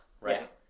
Right